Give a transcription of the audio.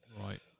Right